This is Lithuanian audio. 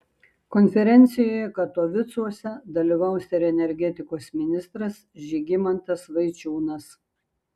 konferencijoje katovicuose dalyvaus ir energetikos ministras žygimantas vaičiūnas